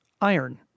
iron